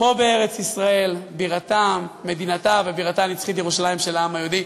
פה בארץ-ישראל ובבירתה הנצחית ירושלים של העם היהודי.